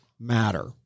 matter